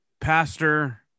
pastor